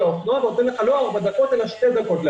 ואני לא נותן לך ארבע דקות להגיע אלא שתי דקות.